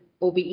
OBE